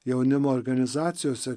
jaunimo organizacijose kai